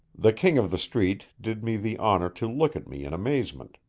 the king of the street did me the honor to look at me in amazement.